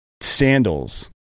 sandals